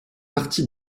partie